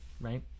right